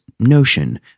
notion